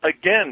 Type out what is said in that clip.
again